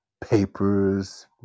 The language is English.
Papers